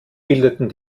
bildeten